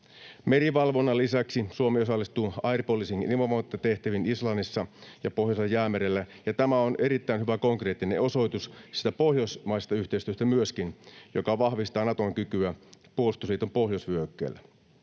Merivalvonnan lisäksi Suomi osallistuu air policing ‑ilmavalvontatehtäviin Islannissa ja Pohjoisella Jäämerellä, ja tämä on erittäin hyvä konkreettinen osoitus myöskin siitä pohjoismaisesta yhteistyöstä, joka vahvistaa Naton kykyä puolustusliiton pohjoisvyöhykkeellä.